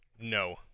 no